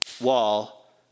wall